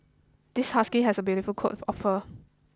this husky has a beautiful coat of fur